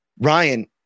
Ryan